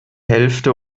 hälfte